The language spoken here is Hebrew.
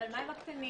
אבל מה עם הקטנים?